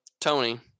Tony